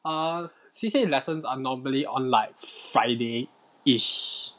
err C_C_A lessons are normally on like friday ish~